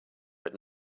but